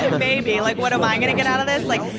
maybe. like what am i going to get out of this? like